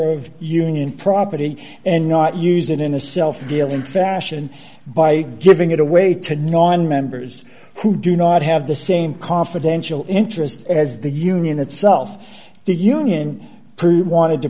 of union property and not use it in a self deal in fashion by giving it away to non members who do not have the same confidential interest as the union itself the union wanted to